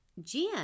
Jen